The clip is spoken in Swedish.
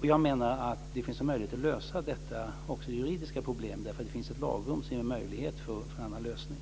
Jag menar att det finns en möjlighet att lösa också detta juridiska problem, därför att det finns ett lagrum som ger möjlighet till en annan lösning.